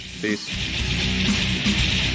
peace